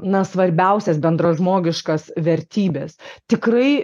na svarbiausias bendražmogiškas vertybes tikrai